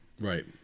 Right